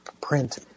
print